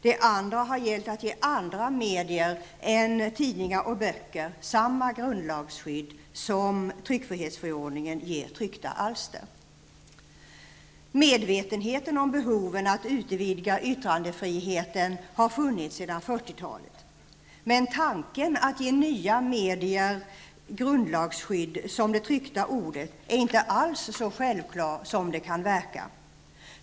Den andra har gällt att ge andra medier än tidningar och böcker samma grundlagsskydd som tryckfrihetsförordningen ger tryckta alster. Medvetenheten om behoven att utvidga yttrandefriheten har funnits sedan 40-talet, men tanken att ge nya medier samma grundlagsskydd som det tryckta ordet är inte alls så självklar som det kan verka.